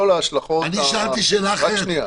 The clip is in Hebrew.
אני שאלתי שאלה אחרת.